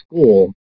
school